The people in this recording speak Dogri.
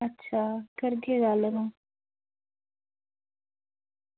अच्छा करगे गल्ल तां